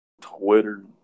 Twitter